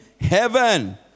heaven